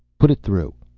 put it through.